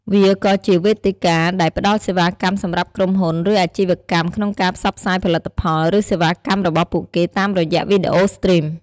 វាក៏អាចជាវេទិកាដែលផ្ដល់សេវាកម្មសម្រាប់ក្រុមហ៊ុន ឬអាជីវកម្មក្នុងការផ្សព្វផ្សាយផលិតផល ឬសេវាកម្មរបស់ពួកគេតាមរយៈវីដេអូស្ទ្រីម។